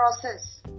process